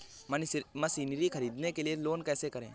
Machinery ख़रीदने के लिए लोन कैसे करें?